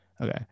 Okay